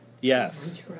Yes